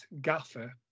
Gaffer